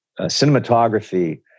cinematography